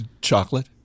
chocolate